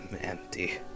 empty